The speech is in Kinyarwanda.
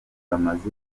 bamaze